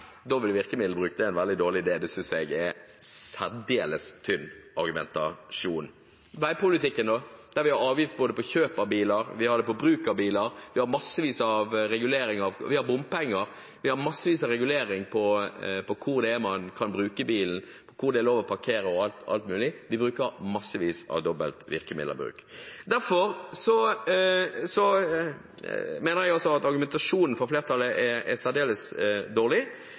virkemiddelbruk er en veldig dårlig idé, synes jeg er en særdeles tynn argumentasjon. I veipolitikken har vi avgift på kjøp av biler, på bruk av biler, vi har mange reguleringer, vi har bompenger, vi har mange reguleringer på hvor man kan bruke bil, hvor det er lov til å parkere og alt mulig. Vi bruker massevis av dobbel virkemiddelbruk. Derfor mener jeg at argumentasjonen fra flertallet er særdeles dårlig.